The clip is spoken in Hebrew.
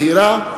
מהירה,